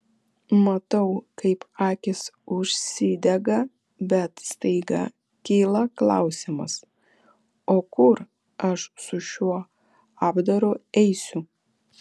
matau kaip akys užsidega bet staiga kyla klausimas o kur aš su šiuo apdaru eisiu